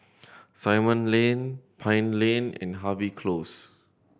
Simon Lane Pine Lane and Harvey Close